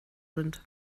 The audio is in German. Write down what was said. sind